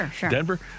denver